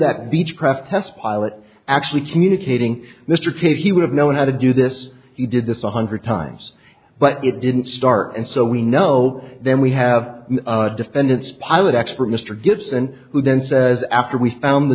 that beechcraft test pilot actually communicating mr t he would have known how to do this he did this a hundred times but it didn't start and so we know then we have a defendant's pilot expert mr gibson who then says after we found the